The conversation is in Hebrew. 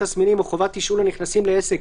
תסמינים או חובת תשאול לנכנסים לעסק,